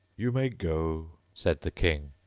you may go said the king,